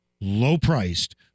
low-priced